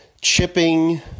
chipping